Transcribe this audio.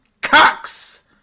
Cox